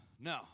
no